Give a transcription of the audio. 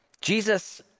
Jesus